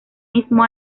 mismo